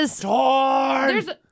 Torn